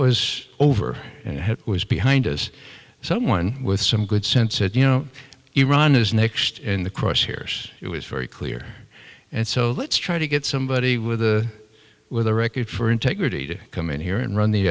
was over it was behind us someone with some good sense said you know iran is next in the crosshairs it was very clear and so let's try to get somebody with a with a record for integrity to come in here and run the